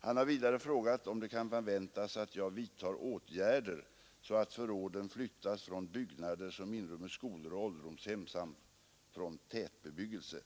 Han har vidare frågat om det kan förväntas att jag vidtar åtgärder så att förråden flyttas från byggnader som inrymmer skolor och ålderdomshem samt från tätbebyggelse.